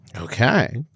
Okay